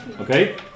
Okay